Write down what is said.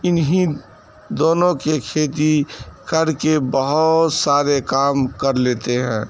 انہیں دونوں کے کھیتی کر کے بہت سارے کام کر لیتے ہیں